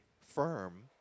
firm